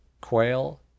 quail